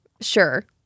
sure